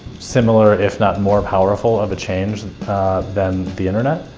similar if not more powerful of a change than the internet,